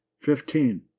fifteen